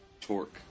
Torque